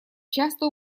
часто